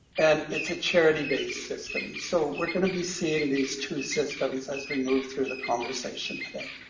and it's a charity-based system. so we're going to be seeing these two systems as we move through the conversation today.